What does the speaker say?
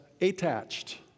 attached